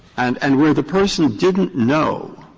and and where the person didn't know